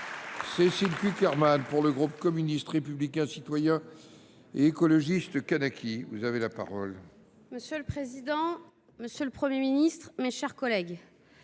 Cécile Cukierman, pour le groupe Communiste Républicain Citoyen et Écologiste – Kanaky. Monsieur le président, monsieur le Premier ministre, mes chers collègues,